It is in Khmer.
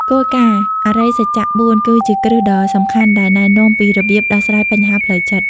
គោលការណ៍ អរិយសច្ច ៤ គឺជាគ្រឹះដ៏សំខាន់ដែលណែនាំពីរបៀបដោះស្រាយបញ្ហាផ្លូវចិត្ត។